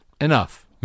enough